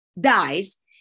dies